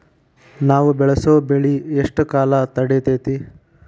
ನಾವು ಬೆಳಸೋ ಬೆಳಿ ಎಷ್ಟು ಕಾಲ ತಡೇತೇತಿ?